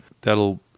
That'll